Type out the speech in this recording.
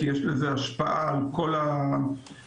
יש לזה השפעה על כל התשתיות.